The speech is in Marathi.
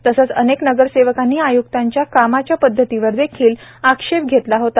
तसेच अनेक नगरसेवकांनी आय्क्तांच्या कामाच्या पद्धतीवर देखील आक्षेप घेतला होता